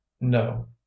no